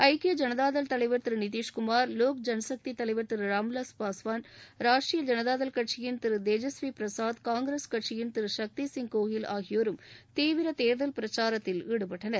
ஐக்கிய ஜனதாதள் தலைவர் திரு நிதிஷ்குமார் லோக் ஜன்சக்தி தலைவர் திரு ராம்விலாஸ் பாஸ்வான் ராஷ்டிரிய ஜனதாதள் கட்சியின் திரு தேஜஸ்வி பிரசாத் காங்கிரஸ் கட்சியின் திரு சக்தி சிங் கோஹில் ஆகியோரும் தீவிர தேர்தல் பிரச்சாரத்தில் ஈடுபட்டனர்